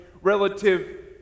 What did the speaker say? relative